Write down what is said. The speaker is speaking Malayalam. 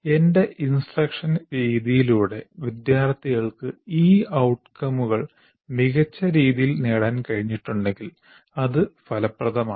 എന്റെ ഇൻസ്ട്രക്ഷൻ രീതിയിലൂടെ വിദ്യാർത്ഥികൾക്ക് ഈ ഔട്കമുകൾ മികച്ച രീതിയിൽ നേടാൻ കഴിഞ്ഞിട്ടുണ്ടെങ്കിൽ അത് ഫലപ്രദമാണ്